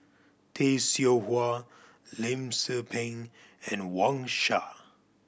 Tay Seow Huah Lim Tze Peng and Wang Sha